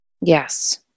Yes